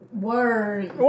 Word